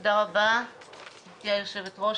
תודה רבה, גברתי היושבת-ראש.